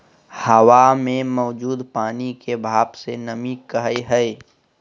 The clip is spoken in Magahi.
हवा मे मौजूद पानी के भाप के नमी कहय हय